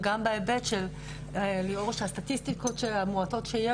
וגם בהיבט של הסטטיסטיקות המועטות שיש,